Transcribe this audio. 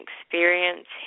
experience